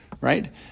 right